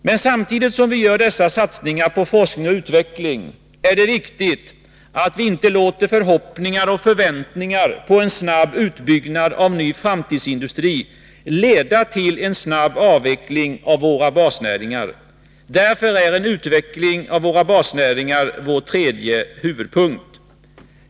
Men samtidigt som vi gör dessa satsningar på forskning och utveckling är det viktigt att vi inte låter förhoppningar och förväntningar på en snabb utbyggnad av ny framtidsindustri leda till en snabb avveckling av våra basnäringar. Därför är en utveckling av basnäringarna vår tredje huvudpunkt.